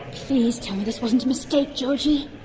please tell me this wasn't a mistake, georgie.